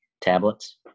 tablets